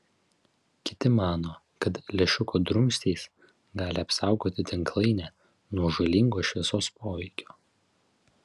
kiti mano kad lęšiuko drumstys gali apsaugoti tinklainę nuo žalingo šviesos poveikio